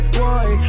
boy